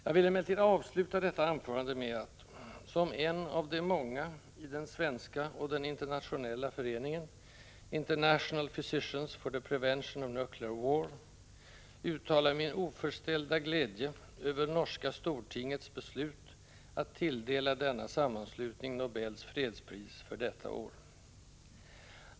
Jag vill emellertid, som en av de många i den svenska och den internationella föreningen International Physicians for the Prevention of Nuclear War, avsluta detta anförande med att uttala min oförställda glädje över norska stortingets beslut att tilldela denna sammanslutning Nobels fredspris för detta år.